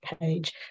page